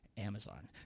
Amazon